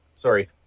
sorry